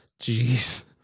Jeez